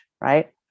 right